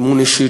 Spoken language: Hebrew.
אימון אישי,